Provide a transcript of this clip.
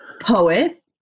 poet